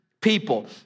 people